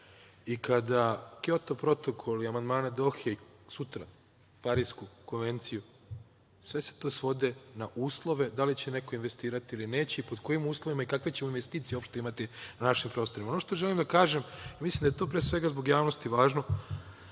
i kada Kjoto protokol i amandmane Dohe, sutra Parisku konvenciju, sve se to svodi na uslove da li će neko investirati ili neće i pod kojim uslovima i kakve će investicije uopšte imati na našim prostorima. Ono što želim da kažem, mislim da je to zbog javnosti važno,